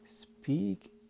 speak